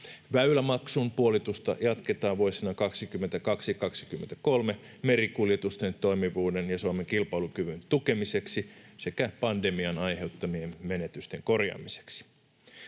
Väylämaksun puolitusta jatketaan vuosina 22—23 merikuljetusten toimivuuden ja Suomen kilpailukyvyn tukemiseksi sekä pandemian aiheuttamien menetysten korjaamiseksi.